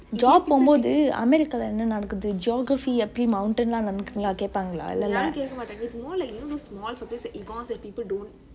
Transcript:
job போமொது:pomothu america ல என்ன நடக்கது:le enne nadakethu geography எப்படி:eppadi mountain லா இருக்குனு கேப்பாங்கலா இல்லலெ:laa irukunu kepaangelaa illele